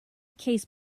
case